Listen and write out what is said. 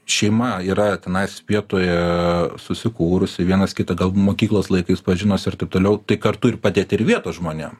šeima yra tenais vietoj susikūrus vienas kitą gal mokyklos laikais pažinosi ir taip toliau tai kartu ir padėt ir vietos žmonėm